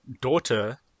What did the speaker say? daughter